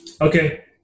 okay